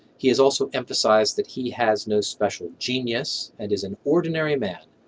he has also emphasized that he has no special genius and is an ordinary man,